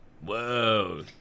Whoa